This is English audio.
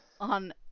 on